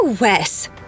Wes